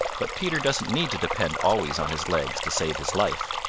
but peter doesn't need to depend always on his legs to save his life.